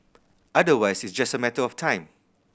otherwise it's just a matter of time